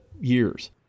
years